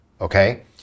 Okay